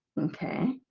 okay